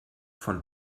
von